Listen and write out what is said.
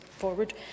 forward